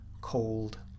cold